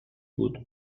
بود